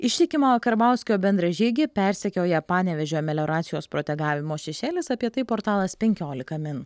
ištikimą karbauskio bendražygį persekioja panevėžio melioracijos protegavimo šešėlis apie tai portalas penkiolika min